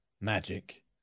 magic